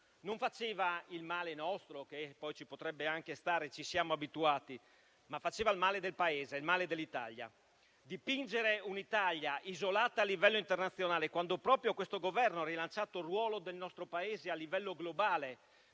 si faceva il nostro male, che poi ci potrebbe anche stare - ci siamo abituati - ma si faceva il male del Paese, il male dell'Italia. Dipingere un'Italia isolata a livello internazionale, quando proprio questo Governo ha rilanciato il ruolo del nostro Paese a livello globale,